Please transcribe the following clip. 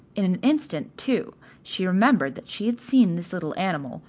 in an instant, too, she remembered that she had seen this little animal,